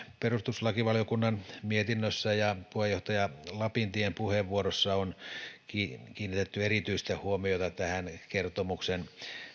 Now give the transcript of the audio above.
perustuslakivaliokunnan mietinnössä ja puheenjohtaja lapintien puheenvuorossa on kiinnitetty erityistä huomiota kertomuksen